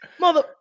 mother